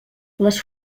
les